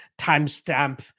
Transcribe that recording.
timestamp